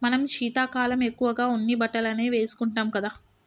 మనం శీతాకాలం ఎక్కువగా ఉన్ని బట్టలనే వేసుకుంటాం కదా